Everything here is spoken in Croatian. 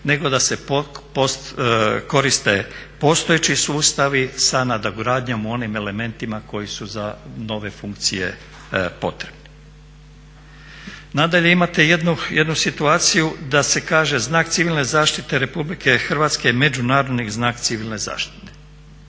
nego da se koriste postojeći sustavi sa nadogradnjom u onim elementima koji su za nove funkcije potrebni. Nadalje, imate jednu situaciju da se kaže znak civilne zaštite RH je međunarodni znak civilne zaštite